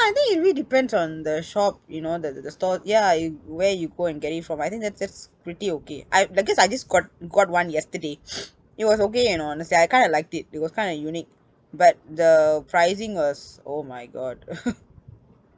I think it really depends on the shop you know the the the store ya y~ where you go and get it from I think that's that's pretty okay I like cause I just got got one yesterday it was okay you know honestly I kind of liked it it was kind of unique but the pricing was oh my god